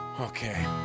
okay